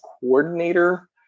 coordinator